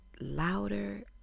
louder